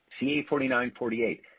CA4948